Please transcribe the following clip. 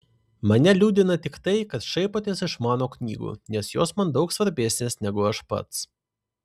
mane liūdina tik tai kad šaipotės iš mano knygų nes jos man daug svarbesnės negu aš pats